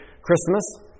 Christmas